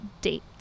date